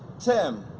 tim,